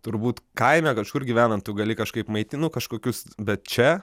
turbūt kaime kažkur gyvenant tu gali kažkaip maiti nu kažkokius bet čia